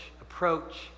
approach